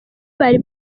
bari